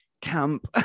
camp